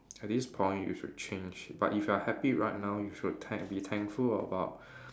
at this point you should change but if you're happy right now you should thank be thankful about